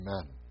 Amen